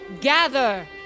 gather